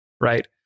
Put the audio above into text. right